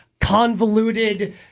convoluted